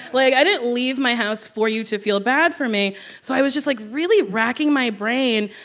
like, i didn't leave my house for you to feel bad for me so i was just, like, really racking my brain,